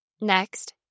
Next